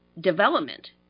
development